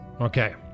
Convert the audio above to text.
Okay